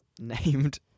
named